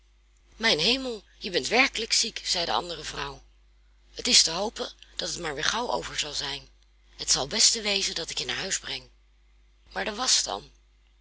mijn hemel je bent werkelijk ziek zei de andere vrouw het is te hopen dat het maar weer gauw over zal zijn het zal het beste wezen dat ik je naar huis breng maar de wasch dan